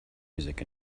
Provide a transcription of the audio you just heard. music